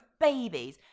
babies